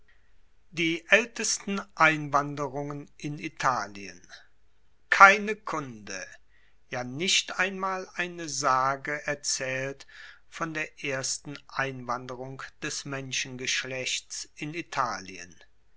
die aeltesten einwanderungen in italien keine kunde ja nicht einmal eine sage erzaehlt von der ersten einwanderung des menschengeschlechts in italien